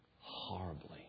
horribly